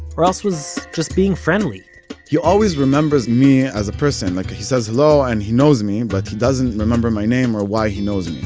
or else was just being friendly he always remembers me as a person, like he says hello and he knows me, but he doesn't remember my name or why he knows me.